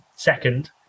Second